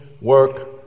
work